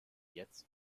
jetzt